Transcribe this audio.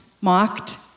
mocked